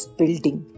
building